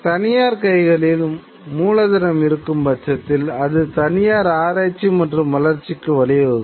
தனியார் கைகளில் மூலதனம் இருக்கும்பட்சத்தில் அது தனியார் ஆராய்ச்சி மற்றும் வளர்ச்சிக்கு வழிவகுக்கும்